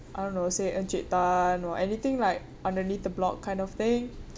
I don't know say Encik Tan or anything like underneath the block kind of thing